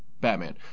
Batman